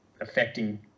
affecting